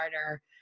harder